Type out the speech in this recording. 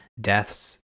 deaths